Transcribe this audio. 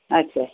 अच्छा